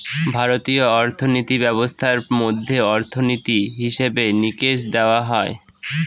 ভারতীয় অর্থিনীতি ব্যবস্থার মধ্যে অর্থনীতি, হিসেবে নিকেশ দেখা হয়